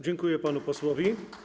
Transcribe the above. Dziękuję panu posłowi.